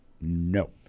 no